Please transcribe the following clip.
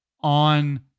on